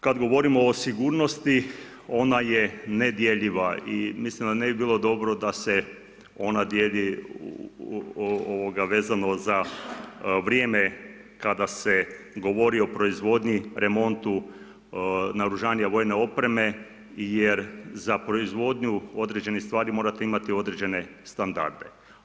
Kad govorimo o sigurnosti, ona je nedjeljiva i mislim da ne bi bilo dobro da se ona dijeli vezano za vrijeme kada se govori o proizvodnji, remontu naoružanja i vojne opreme jer za proizvodnju određenih stvari morate imati određene standarde.